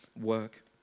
work